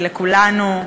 כי לכולנו,